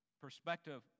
perspective